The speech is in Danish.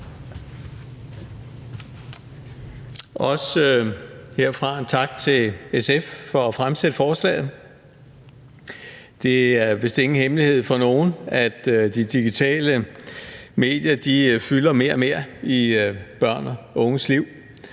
Også herfra en tak til SF for at fremsætte forslaget. Det er vist ingen hemmelighed for nogen, at de digitale medier fylder mere og mere i børn og unges liv.